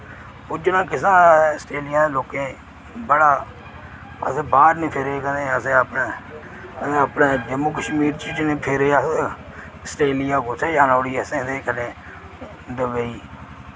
पुज्जना किस आस्टेलिया दे लोकें बड़ा अस बाह्र निं फिरे कदें असें अपने कदें जम्मू कश्मीर च निं फिरे अस आस्टेलिया कुत्थै जाना उठी असें ते कन्नै दुबई